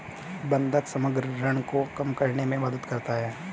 बंधक समग्र ऋण को कम करने में मदद करता है